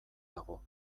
dago